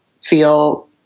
feel